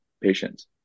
patients